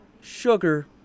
sugar